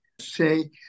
Say